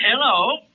Hello